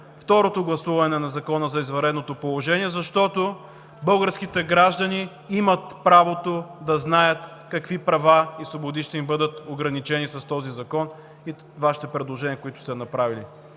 второ гласуване на Закона за извънредното положение, защото българските граждани имат право да знаят какви права и свободи ще им бъдат ограничени с този закон и Вашите предложения, които сте направили.